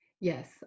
Yes